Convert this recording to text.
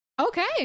okay